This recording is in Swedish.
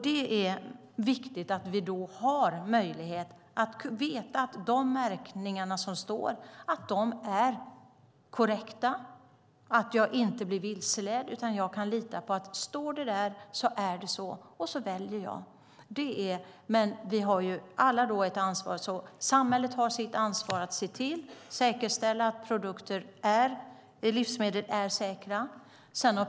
Då är det viktigt att veta att de märkningar som står är korrekta och att jag inte blir vilseledd utan kan lita på att det som står stämmer och kan välja därefter. Vi har alla ett ansvar. Samhället har sitt ansvar att säkerställa att livsmedel är säkra.